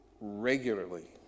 regularly